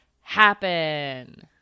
happen